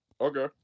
Okay